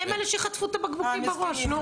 היו"ר מירב בן ארי (יו"ר ועדת ביטחון הפנים): כן,